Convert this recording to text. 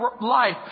life